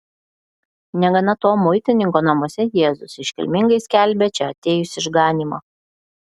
negana to muitininko namuose jėzus iškilmingai skelbia čia atėjus išganymą